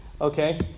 okay